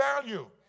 value